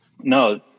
No